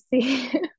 see